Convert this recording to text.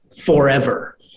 forever